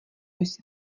jsi